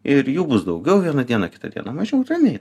ir jų bus daugiau vieną dieną kitą dieną mažiau ramiai